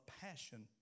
Passion